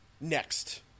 next